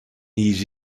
nie